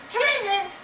Dreaming